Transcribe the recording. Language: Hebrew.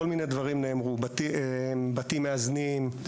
כל מיני דברים נאמרו: בתים מאזנים,